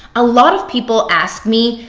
a lot of people ask me,